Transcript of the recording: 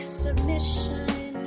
submission